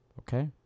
Okay